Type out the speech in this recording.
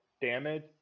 damage